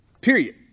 Period